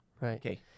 right